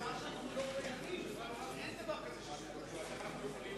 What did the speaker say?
שאנחנו לא קיימים, שאין דבר כזה שנקרא קדימה.